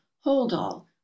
hold-all